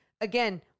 again